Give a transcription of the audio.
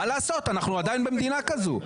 מה לעשות, אנחנו עדיין במדינה כזו.